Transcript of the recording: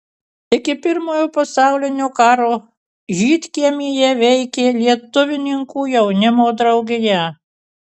iki pirmojo pasaulinio karo žydkiemyje veikė lietuvininkų jaunimo draugija